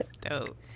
Dope